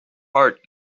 heart